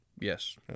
Yes